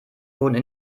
wurden